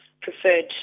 preferred